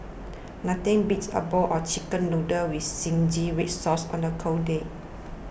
nothing beats a bowl of Chicken Noodles with Zingy Red Sauce on a cold day